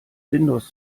windows